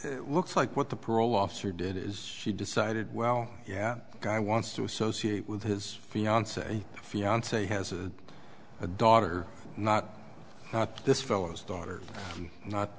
immunity looks like what the parole officer did is she decided well yeah guy wants to associate with his fiance fiance has a daughter not this fellow's daughter not